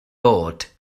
bod